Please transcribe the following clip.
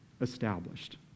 established